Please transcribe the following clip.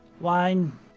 Wine